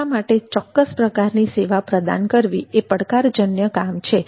સંસ્થા માટે ચોક્કસ પ્રકારની સેવા પ્રદાન કરવી એ પડકારજન્ય કામ છે